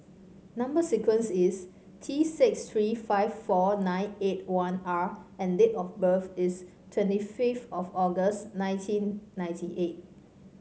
number sequence is T six three five four nine eight one R and date of birth is twenty fifth of August nineteen ninety eight